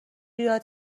یاد